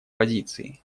позиции